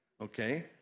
Okay